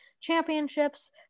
championships